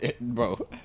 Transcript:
bro